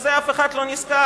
בזה אף אחד לא נזכר,